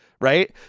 right